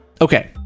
okay